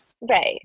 Right